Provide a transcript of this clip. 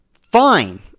Fine